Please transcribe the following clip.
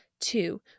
Two